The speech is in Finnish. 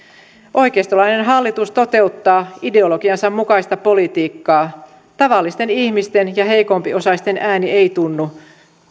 oikeistolainen hallitus toteuttaa ideologiansa mukaista politiikkaa tavallisten ihmisten ja heikompiosaisten ääni ei tunnu